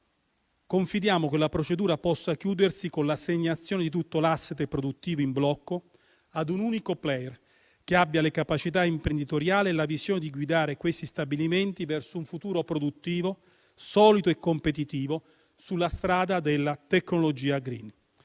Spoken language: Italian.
Confidiamo che la procedura possa chiudersi con l'assegnazione di tutto l'*asset* produttivo in blocco ad un unico *player*, che abbia le capacità imprenditoriale e la visione per guidare questi stabilimenti verso un futuro produttivo solido e competitivo sulla strada della tecnologia *green*.